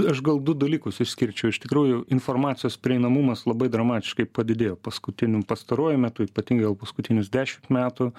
aš gal du dalykus išskirčiau iš tikrųjų informacijos prieinamumas labai dramatiškai padidėjo paskutiniu pastaruoju metu ypatingai gal paskutinius dešim metų